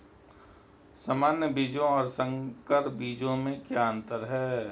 सामान्य बीजों और संकर बीजों में क्या अंतर है?